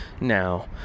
now